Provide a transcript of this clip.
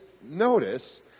notice